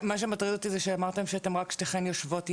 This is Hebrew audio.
מה שמטריד אותי זה שאמרתן שרק שתיכן יושבות יחד.